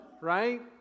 right